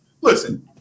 Listen